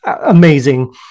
amazing